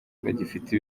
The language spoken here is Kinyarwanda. bagifite